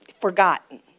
forgotten